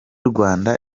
rwanda